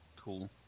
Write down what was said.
Cool